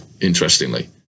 interestingly